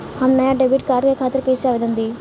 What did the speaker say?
हम नया debit card के खातिर कइसे आवेदन दीं?